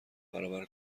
برابر